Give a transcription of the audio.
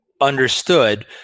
understood